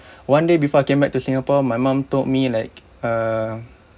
one day before I came back to singapore my mom told me like uh